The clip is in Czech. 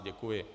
Děkuji.